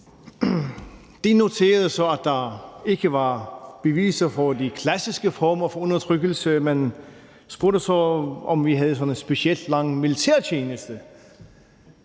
De noterede så, at der ikke var beviser for de klassiske former for undertrykkelse, men spurgte så, om vi havde en specielt lang militærtjeneste.